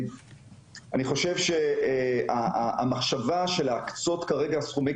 אני חושב שהמחשבה של להקצות כרגע סכומי